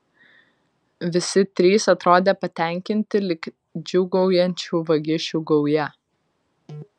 visi trys atrodė patenkinti lyg džiūgaujančių vagišių gauja